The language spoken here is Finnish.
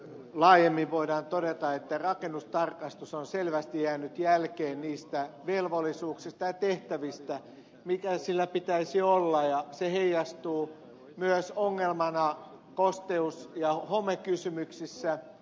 laajemmin voidaan todeta että rakennustarkastus on selvästi jäänyt jälkeen niistä velvollisuuksista ja tehtävistä mitä sillä pitäisi olla ja se heijastuu myös ongelmana kosteus ja homekysymyksissä